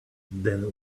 then